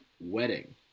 wedding